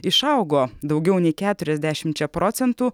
išaugo daugiau nei keturiasdešimčia procentų